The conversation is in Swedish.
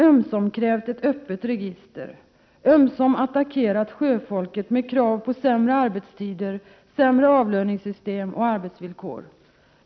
Ömsom har man krävt ett öppet register, ömsom attackerat sjöfolket med krav på sämre arbetstider, sämre avlöningssystem och sämre arbetsvillkor.